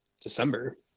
December